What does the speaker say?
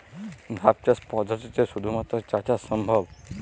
ধাপ চাষ পদ্ধতিতে শুধুমাত্র চা চাষ সম্ভব?